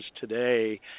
today